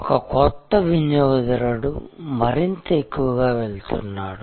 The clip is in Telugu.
ఒక కొత్త వినియోగదారుడు మరింత ఎక్కువగా వెళ్తున్నాడు